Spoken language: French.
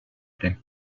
plait